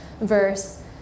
verse